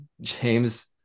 James